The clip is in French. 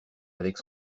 avec